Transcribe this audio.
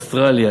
אוסטרליה,